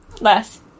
Less